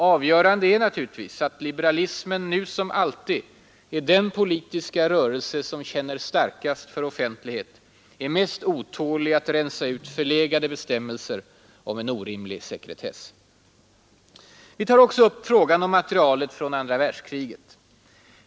Avgörande är naturligtvis att liberalismen nu som alltid är den politiska rörelse som känner starkast för offentlighet, är mest otålig att rensa ut förlegade bestämmelser om en orimlig sekretess. Vi tar också upp frågan om materialet från andra världskriget.